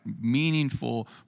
Meaningful